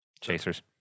Chasers